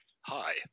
hi